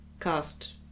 cast